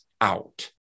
out